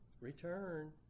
return